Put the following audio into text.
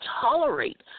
tolerate